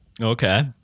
Okay